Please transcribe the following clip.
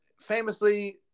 famously